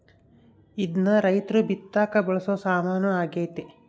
ಇದ್ನ ರೈರ್ತು ಬಿತ್ತಕ ಬಳಸೊ ಸಾಮಾನು ಆಗ್ಯತೆ